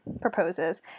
proposes